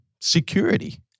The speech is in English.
security